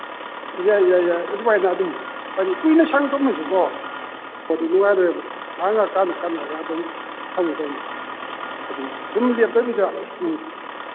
ꯌꯥꯏ ꯌꯥꯏ ꯌꯥꯏ ꯑꯗꯨꯃꯥꯏꯅ ꯑꯗꯨꯝ ꯍꯥꯏꯗꯤ ꯀꯨꯏꯅ ꯁꯥꯡꯇꯣꯛꯑꯁꯨꯀꯣ ꯑꯗꯨ ꯅꯨꯡꯉꯥꯏꯔꯣꯏ ꯉꯥꯏꯍꯥꯛ ꯀꯥꯅ ꯀꯥꯅ ꯀꯥꯅꯔꯒ ꯑꯗꯨꯝ ꯇꯝꯒꯗꯧꯕꯅꯤ ꯁꯨꯝ ꯂꯦꯞꯇꯕꯤꯗ ꯎꯝ